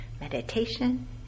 Meditation